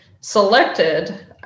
selected